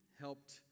helped